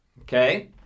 okay